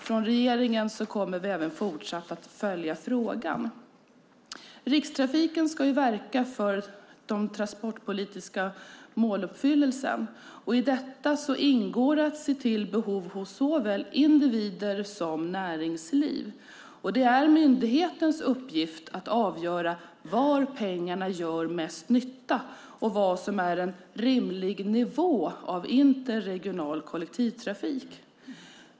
Från regeringen kommer vi även fortsatt att följa frågan. Rikstrafiken ska verka för den transportpolitiska måluppfyllelsen. I detta ingår att se till behov hos såväl individer som näringsliv. Det är myndighetens uppgift att avgöra var pengarna gör mest nytta och vad som är en rimlig nivå av interregional kollektivtrafik.